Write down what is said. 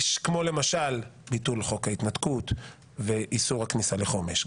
כמו למשל ביטול חוק ההתנתקות ואיסור הכניסה לחומש,